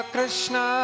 Krishna